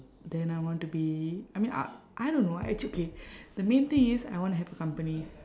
then I want to be I mean I I don't know ac~ okay the main thing is I wanna have a company